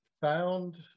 found